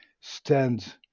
stand